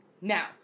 Now